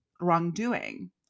wrongdoing